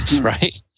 right